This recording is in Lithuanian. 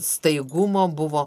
staigumo buvo